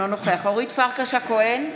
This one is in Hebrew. אינו נוכח אורית פרקש הכהן,